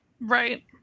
Right